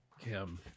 Kim